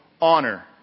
honor